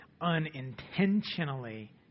unintentionally